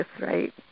right